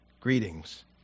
Greetings